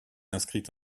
inscrit